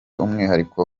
umwihariko